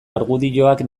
argudioak